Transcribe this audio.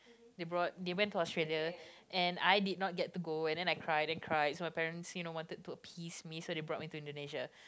they brought they went to Australia and I did not get to go and then I cry then cry so my parents you know wanted to appease me so they brought me to Indonesia